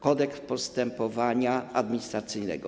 Kodeks postępowania administracyjnego.